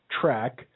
track